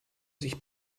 sich